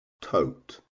tote